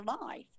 life